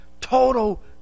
Total